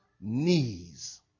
knees